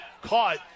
caught